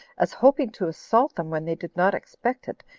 as hoping to assault them when they did not expect it,